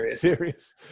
Serious